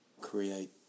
create